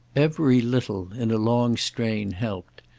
every little, in a long strain, helped,